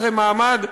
חסרי מעמד,